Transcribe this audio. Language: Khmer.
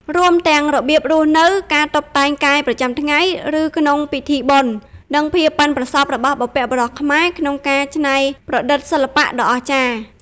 រួមទាំងរបៀបរស់នៅ (ការតុបតែងកាយប្រចាំថ្ងៃ ឬក្នុងពិធីបុណ្យ) និង ភាពប៉ិនប្រសប់របស់បុព្វបុរសខ្មែរក្នុងការច្នៃប្រឌិតសិល្បៈដ៏អស្ចារ្យ។